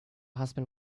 husband